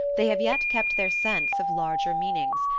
they have yet kept their sense of larger meanings,